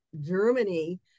Germany